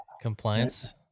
compliance